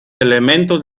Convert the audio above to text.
elementos